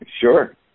sure